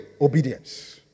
obedience